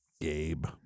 Gabe